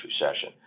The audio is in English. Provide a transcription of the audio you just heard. recession